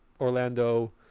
Orlando